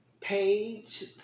page